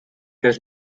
does